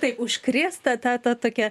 taip užkrėsta ta ta ta tokia